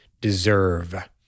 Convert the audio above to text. deserve